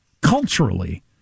culturally